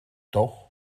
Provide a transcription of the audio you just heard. doch